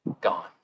gone